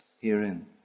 herein